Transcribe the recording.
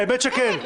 האמת שכן.